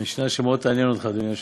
משנה שתעניין אותך מאוד, אדוני היושב-ראש: